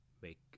make